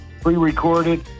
pre-recorded